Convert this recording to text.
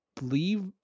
leave